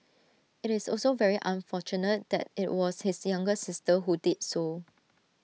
IT is also very unfortunate that IT was his younger sister who did so